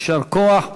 יישר כוח.